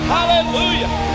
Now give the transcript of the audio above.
Hallelujah